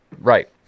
Right